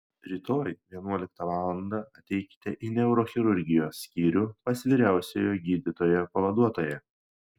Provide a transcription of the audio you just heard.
rytoj vienuoliktą valandą ateikite į neurochirurgijos skyrių pas vyriausiojo gydytojo pavaduotoją